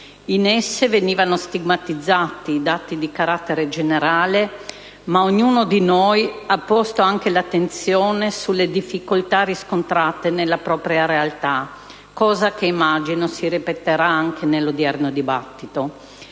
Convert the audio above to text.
in esse venivano stigmatizzati i dati di carattere generale, ma ognuno di noi ha posto anche l'attenzione sulle difficoltà riscontrate nella propria realtà, cosa che immagino si ripeterà anche nell'odierno dibattito.